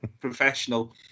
professional